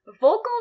vocal